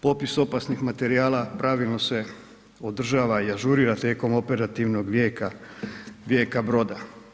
Popis opasnih materijala pravilno se održava i ažurira tijekom operativnog vijeka, vijeka broda.